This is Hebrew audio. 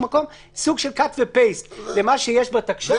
מקום סוג של cut ו-paste למה שיש בתקש"ח,